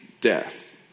death